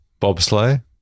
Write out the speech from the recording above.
Bobsleigh